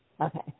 Okay